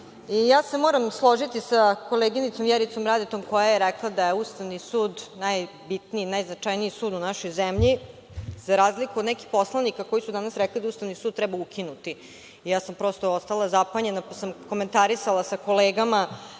suda. Moram se složiti sa koleginicom Vjericom Radetom, koja je rekla da je Ustavni sud najbitniji, najznačajniji sud u našoj zemlji, za razliku od nekih poslanika koji su danas rekli da Ustavni sud treba ukinuti. Ja sam prosto ostala zapanjena, pa sam komentarisala sa kolegama